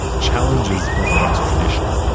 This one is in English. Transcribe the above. challenges orthodox tradition.